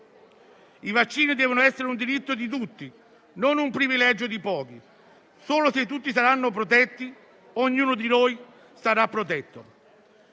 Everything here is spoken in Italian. I vaccini devono essere un diritto di tutti, non un privilegio di pochi. Solo se tutti saranno protetti, ognuno di noi sarà protetto.